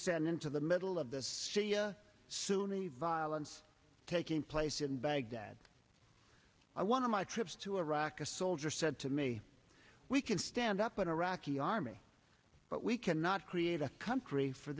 send into the middle of this sunni violence taking place in baghdad i want to my trips to iraq a soldier said to me we can stand up an iraqi army but we cannot create a country for